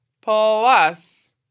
Plus